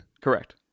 Correct